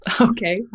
Okay